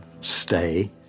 stay